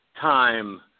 time